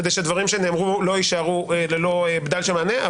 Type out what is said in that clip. כדי שדברים נאמרו לא יישארו ללא בדל של מענה.